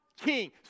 king